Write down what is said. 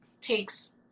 takes